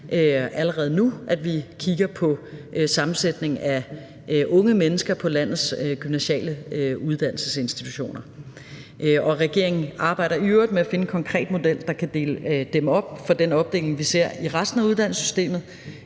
allerede nu kigger på sammensætningen af unge mennesker på landets gymnasiale uddannelsesinstitutioner. Og regeringen arbejder i øvrigt med at finde en konkret model, der kan dæmme op for den opdeling, vi ser i resten af uddannelsessystemet